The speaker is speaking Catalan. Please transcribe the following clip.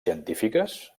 científiques